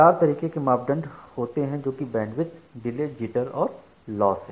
4 तरीके के मापदंड होते हैं जो कि बैंडविड्थ डिले जिटर और लॉस हैं